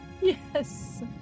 Yes